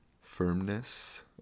firmness